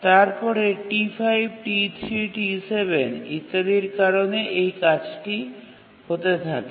তারপরে T5 T3 T7 ইত্যাদির কারণে এই কাজটি হতে থাকে